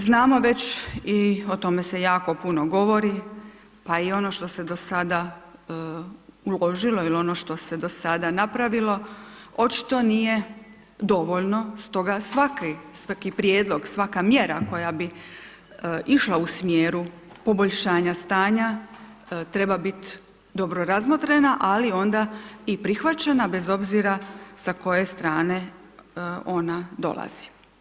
Znamo već i o tome se jako puno govori, pa i ono što se do sada uložilo il ono što se do sada napravilo očito nije dovoljno, stoga svaki, svaki prijedlog, svaka mjera, koja bi išla u smjeru poboljšanja stanja treba bit dobro razmotrena ali onda i prihvaćena bez obzira sa koje strane ona dolazi.